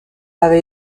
avait